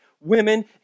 women